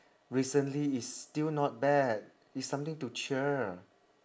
recently is still not bad it's something to cheer